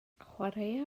chwaraea